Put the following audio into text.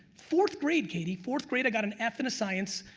fourth grade, katie, fourth grade i got an f on a science